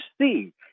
see